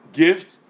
gift